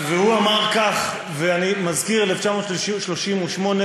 הוא אמר כך, ואני מזכיר, 1938,